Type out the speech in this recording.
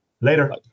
Later